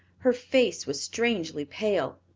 her face was strangely pale.